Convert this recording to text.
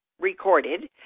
recorded